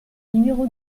numéro